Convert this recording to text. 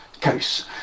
case